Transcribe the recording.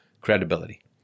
credibility